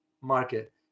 market